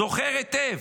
זוכר היטב.